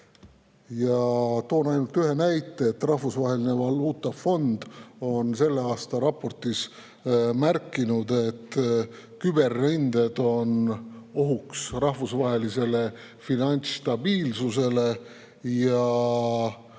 Ma toon ainult ühe näite. Rahvusvaheline Valuutafond on selle aasta raportis märkinud, et küberründed on ohuks rahvusvahelisele finantsstabiilsusele, ja